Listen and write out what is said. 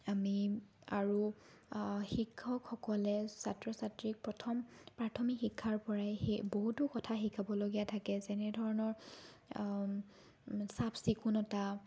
আমি আৰু শিক্ষকসকলে ছাত্ৰ ছাত্ৰীক প্ৰথম প্ৰাথমিক শিক্ষাৰ পৰাই বহুতো কথা শিকাবলগীয়া থাকে যেনেধৰণৰ চাফ চিকুণতা